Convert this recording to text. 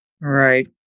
Right